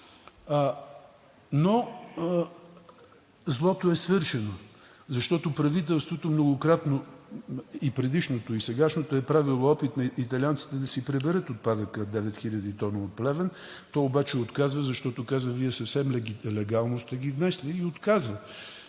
но злото е свършено. Защото правителството многократно – и предишното, и сегашното, е правило опити италианците да си приберат отпадъка – 9 хиляди тона, от Плевен, то обаче отказва, защото казва: Вие съвсем легално сте ги внесли, и отказват.